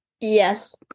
Yes